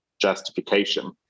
justification